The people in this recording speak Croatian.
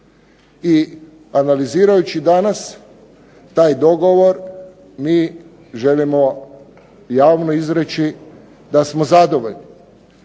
I analizirajući danas taj dogovor, mi želimo javno izreći da smo zadovoljni.